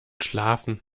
schlafen